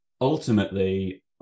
Ultimately